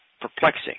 perplexing